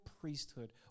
priesthood